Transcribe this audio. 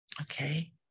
Okay